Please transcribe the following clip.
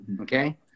okay